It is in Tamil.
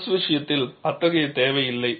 ஸ்ட்ரெஸ் விஷயத்தில் அத்தகைய தேவையில்லை